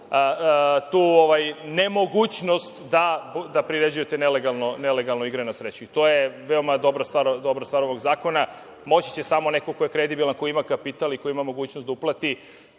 tu nemogućnost da priređuje te nelegalne igre na sreću. To je veoma dobra stvar ovog zakona. Moći će samo neko ko je kredibilan, ko ima kapital i ko ima mogućnost da uplati,